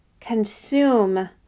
consume